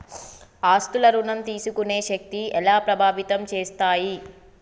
ఆస్తుల ఋణం తీసుకునే శక్తి ఎలా ప్రభావితం చేస్తాయి?